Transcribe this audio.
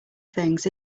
things